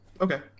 okay